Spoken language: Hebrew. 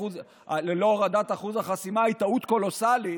הורדת אחוז החסימה היא טעות קולוסלית,